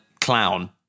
Clown